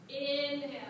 Inhale